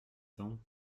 cents